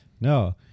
no